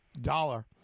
dollar